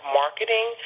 marketing